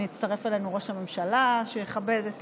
הינה, הצטרף אלינו ראש הממשלה, שמכבד את